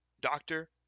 doctor